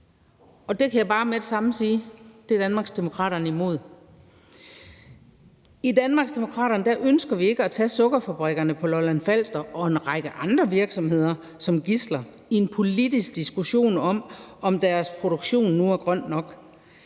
2025, kan jeg bare med det samme sige, at det er Danmarksdemokraterne imod. I Danmarksdemokraterne ønsker vi ikke at tage sukkerfabrikkerne på Lolland-Falster og en række andre virksomheder som gidsler i en politisk diskussion om, hvorvidt deres produktion nu er grøn nok.